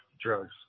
drugs